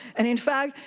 and in fact,